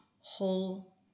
whole